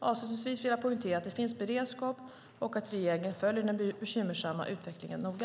Avslutningsvis vill jag poängtera att det finns beredskap och att regeringen följer den bekymmersamma utvecklingen noga.